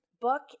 book